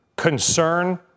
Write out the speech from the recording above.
concern